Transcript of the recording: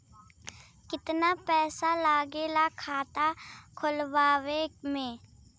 कितना पैसा लागेला खाता खोलवावे में?